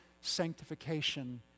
sanctification